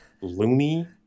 loony